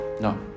No